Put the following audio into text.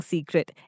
Secret।